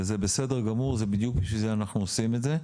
וזה בסדר גמור, בדיוק בשביל זה אנחנו עושים את זה.